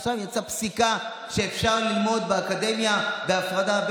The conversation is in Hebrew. עכשיו יצאה פסיקה שאפשר ללמוד באקדמיה בהפרדה.